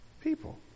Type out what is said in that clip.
people